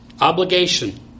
obligation